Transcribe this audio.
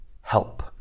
help